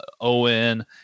Owen